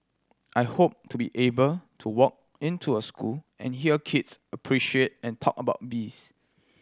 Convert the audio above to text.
I hope to be able to walk into a school and hear kids appreciate and talk about bees